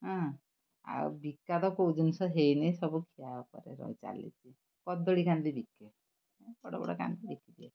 ହଁ ଆଉ ବିକା ତ କେଉଁ ଜିନିଷ ହେଇନି ସବୁ ଖିଆ ଉପରେ ରହି ଚାଲିଛି କଦଳୀ କାନ୍ଦି ବିକେ ହଁ ବଡ଼ ବଡ଼ କାନ୍ଦି ବିକି ଦିଏ